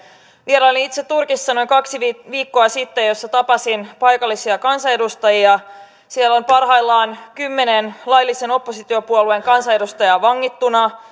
vierailin itse turkissa noin kaksi viikkoa viikkoa sitten ja tapasin siellä paikallisia kansanedustajia siellä on parhaillaan kymmenen laillisen oppositiopuolueen kansanedustajaa vangittuna